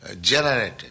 generated